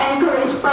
encourage